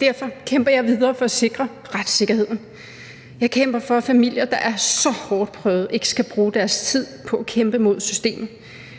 Derfor kæmper jeg videre for at sikre retssikkerheden. Jeg kæmper for, at familier, der er så hårdt prøvet, ikke skal bruge deres tid på at kæmpe mod systemet.